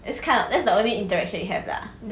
it's kind of that's the only interaction you have lah